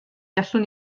gallwn